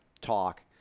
talk